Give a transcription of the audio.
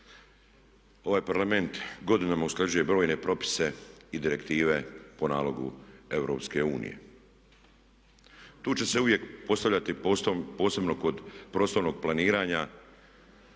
Ovaj Parlament godinama usklađuje brojne propise i direktive po nalogu EU. Tu će se uvijek ostavljati prostor posebno kod prostornog planiranja